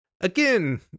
Again